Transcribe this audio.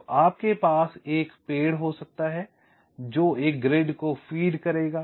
तो आपके पास एक पेड़ हो सकता है जो एक ग्रिड को फीड करेगा